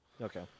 Okay